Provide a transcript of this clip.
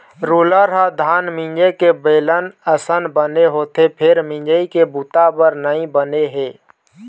roller ह धान मिंजे के बेलन असन बने होथे फेर मिंजई के बूता बर नइ बने हे